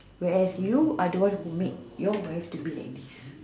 where as you I don't want whom make your wife to be like this